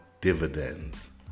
dividends